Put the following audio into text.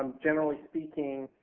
generally speaking,